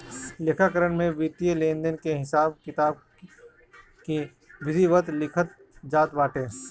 लेखाकरण में वित्तीय लेनदेन के हिसाब किताब के विधिवत लिखल जात बाटे